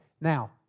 Now